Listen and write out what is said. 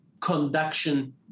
conduction